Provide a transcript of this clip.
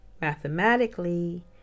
mathematically